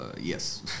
Yes